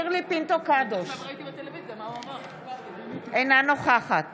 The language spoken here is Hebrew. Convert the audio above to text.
אינה נוכחת